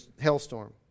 hailstorm